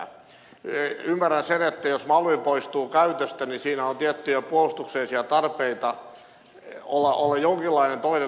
ymmärrän sen että jos malmi poistuu käytöstä on tiettyjä puolustuksellisia tarpeita olla jonkinlainen toinen lentokenttä